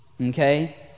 Okay